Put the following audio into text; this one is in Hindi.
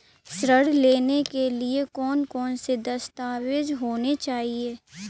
ऋण लेने के लिए कौन कौन से दस्तावेज होने चाहिए?